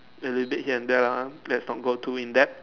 and they did here and there lah lets don't go too in deep